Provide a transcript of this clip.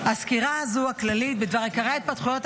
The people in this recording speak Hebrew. הסקירה הזו, הכללית, בדבר עיקרי ההתפתחויות,